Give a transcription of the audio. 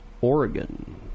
Oregon